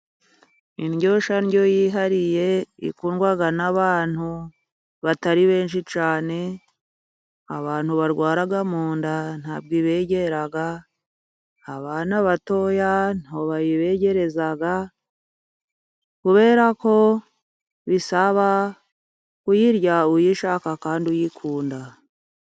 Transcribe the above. Indyoshyandyo yihariye ikundwa n'abantu batari benshi cyane. Abantu barwara mu nda ntabwo ibegera, abana batoya ntago bayibegereza, kubera ko bisaba kuyirya uyishaka kandi uyikunda.